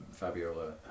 Fabiola